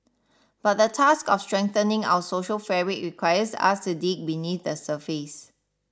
but the task of strengthening our social fabric requires us to dig beneath the surface